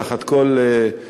תחת כל מדיניות,